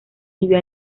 vivió